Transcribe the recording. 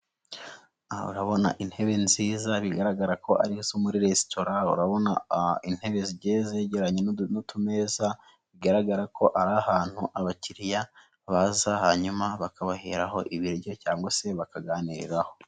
Urabona intebe nziza bigaragara ko ari izo muri resitora urabona intebe zegeranye n'utumeza bigaragara ko ari ahantu abakiriya baza hanyuma bakabaheraho ibiryo cyangwa se bakahaganiriraho.